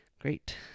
Great